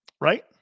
Right